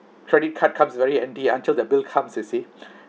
credit card comes very handy until the bill comes you see